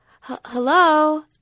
hello